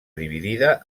dividida